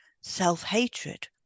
self-hatred